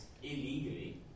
illegally